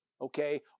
okay